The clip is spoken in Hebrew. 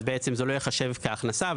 אז זה לא ייחשב כהכנסה,